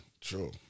True